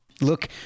look